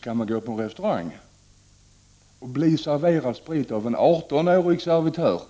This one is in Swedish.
kan man gå på restaurang och bli serverad sprit av en 18-årig servitör.